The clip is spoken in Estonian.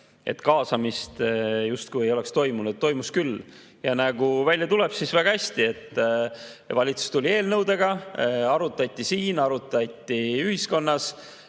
et kaasamist justkui ei oleks toimunud. Toimus küll, ja nagu välja tuleb, siis väga hästi. Valitsus tuli eelnõudega, arutati siin, arutati ühiskonnas,